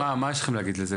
מה יש לכם להגיד על זה?